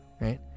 right